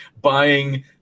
buying